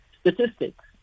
statistics